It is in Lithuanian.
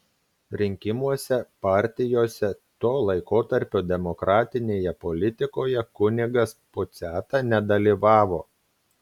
rinkimuose partijose to laikotarpio demokratinėje politikoje kunigas puciata nedalyvavo